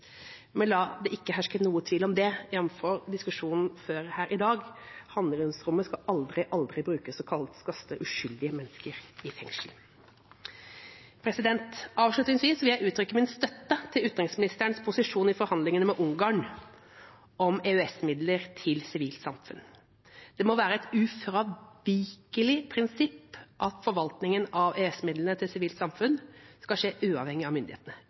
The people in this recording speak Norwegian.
La det imidlertid ikke herske noen tvil om dette, jf. diskusjonen før i dag: Handlingsrommet skal aldri, aldri brukes til å kaste uskyldige mennesker i fengsel. Avslutningsvis vil jeg uttrykke min støtte til utenriksministerens posisjon i forhandlingene med Ungarn om EØS-midler til sivilt samfunn. Det må være et ufravikelig prinsipp at forvaltningen av EØS-midlene til sivilt samfunn skal skje uavhengig av myndighetene,